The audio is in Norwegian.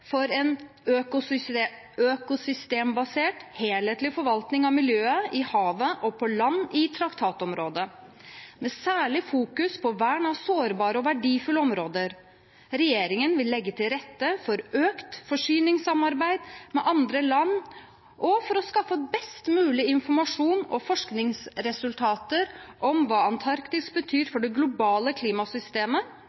for en økosystembasert, helhetlig forvaltning av miljøet i havet og på land i traktatområdet, som særlig fokuserer på vern av sårbare og verdifulle områder. Regjeringen vil legge til rette for økt forskningssamarbeid med andre land for å skaffe best mulig informasjon og forskningsresultater om hva Antarktis betyr